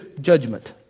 judgment